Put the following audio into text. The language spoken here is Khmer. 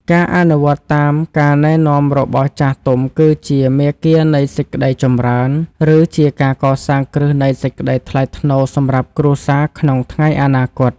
ការអនុវត្តតាមការណែនាំរបស់ចាស់ទុំគឺជាមាគ៌ានៃសេចក្តីចម្រើន ឬ ជាការកសាងគ្រឹះនៃសេចក្តីថ្លៃថ្នូរសម្រាប់គ្រួសារក្នុងថ្ងៃអនាគត។